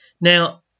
Now